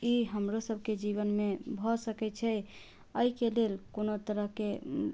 तऽ ई हमरो सबके जीवनमे भऽ सकै छै एहिके लेल कोनो तरहके